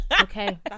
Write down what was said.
Okay